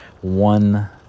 one